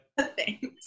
thanks